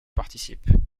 participent